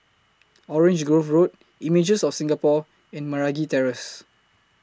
Orange Grove Road Images of Singapore and Meragi Terrace